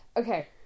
okay